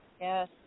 Yes